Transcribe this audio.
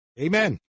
Amen